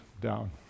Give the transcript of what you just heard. down